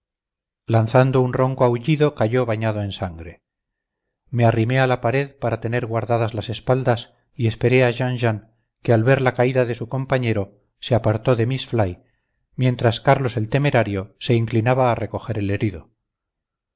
lanzando un ronco aullido cayó bañado en sangre me arrimé a la pared para tener guardadas las espaldas y esperé a jean jean que al ver la caída de su compañero se apartó de miss fly mientras carlos el temerario se inclinaba a reconocer el herido